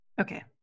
Okay